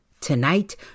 Tonight